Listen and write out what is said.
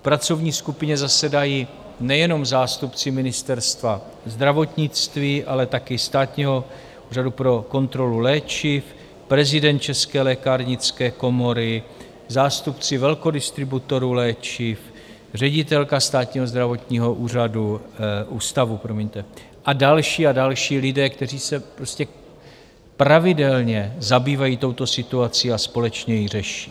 V pracovní skupině zasedají nejenom zástupci Ministerstva zdravotnictví, ale taky Státního úřadu pro kontrolu léčiv, prezident České lékárnické komory, zástupci velkodistributorů léčiv, ředitelka Státního zdravotního ústavu a další a další lidé, kteří se pravidelně zabývají touto situací a společně ji řeší.